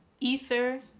Ether